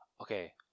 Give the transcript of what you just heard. Okay